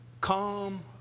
calm